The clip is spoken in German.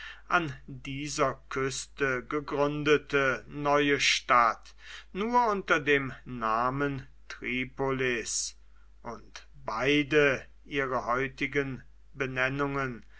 an dieser küste gegründete neue stadt nur unter dem namen tripolis und beide ihre heutigen benennungen